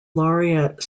laureate